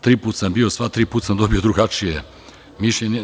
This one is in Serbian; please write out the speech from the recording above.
Tri puta sam bio, sva tri puta sam dobio drugačije mišljenje.